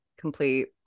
complete